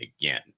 again